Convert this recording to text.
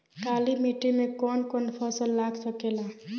काली मिट्टी मे कौन कौन फसल लाग सकेला?